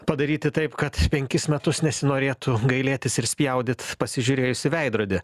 padaryti taip kad penkis metus nesinorėtų gailėtis ir spjaudyt pasižiūrėjus į veidrodį